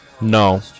No